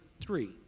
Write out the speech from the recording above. three